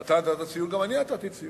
אתה נתת ציון, גם אני נתתי ציון.